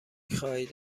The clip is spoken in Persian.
خواهید